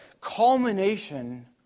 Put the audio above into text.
culmination